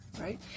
right